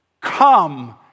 Come